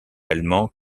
allemand